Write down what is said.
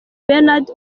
bernard